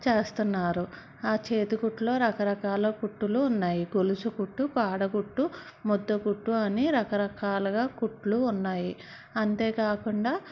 చేస్తున్నారు ఆ చేతికుట్లలో రకరకాల కుట్లు ఉన్నాయి గొలుసుకుట్టు కాడకుట్టు ముద్దకుట్టు అని రకరకాలుగా కుట్లు ఉన్నాయి అంతేకాకుండా